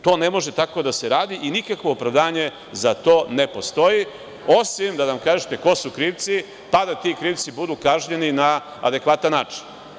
To ne može tako da se radi i nikakvo opravdanje za to ne postoji, osim da nam kažete ko su krivci, pa da ti krivci budu kažnjeni na adekvatan način.